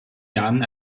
jahren